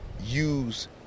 Use